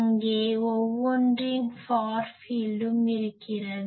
அங்கே ஒவ்வொன்றின் ஃபார் ஃபீல்டும் இருக்கிறது